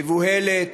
מבוהלת,